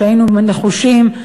שהיינו נחושים,